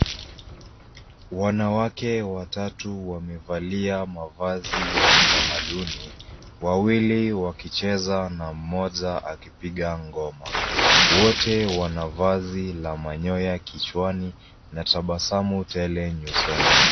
Wanawake watatu wamevalia mavazi ya kitamaduni, wawili wakicheza na mmoja akipiga ngoma. Wote wana vazi la manyoya kichwani na tabasamu tele nyusoni.